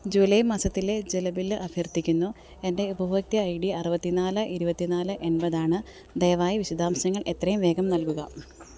July മാസത്തിലെ ജല bill അഭ്യർത്ഥിക്കുന്നു എൻ്റെ ഉപഭോക്തൃ ഐ ഡി അറുപത്തി നാല് ഇരുപത്തി നാല് എൺപതാണ് ദയവായി വിശദാംശങ്ങൾ എത്രയും വേഗം നൽകുക